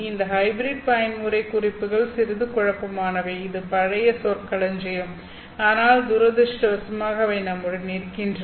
இந்த ஹைப்ரிட் பயன்முறை குறிப்புகள் சிறிது குழப்பமானவை இது பழைய சொற்களஞ்சியம் ஆனால் துரதிர்ஷ்டவசமாக அவை நம்முடன் இருக்கின்றன